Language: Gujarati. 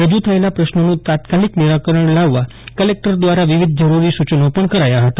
રજૂ થયેલા પ્રશ્નોનું તાત્કાલીક નિરાકરણ લાવવા કલેક્ટર દ્વારા વિવિધ જરૂરી સુચનો પણ કરાયા હતા